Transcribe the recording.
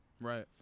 Right